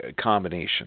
combination